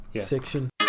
section